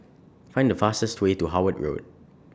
Find The fastest Way to Howard Road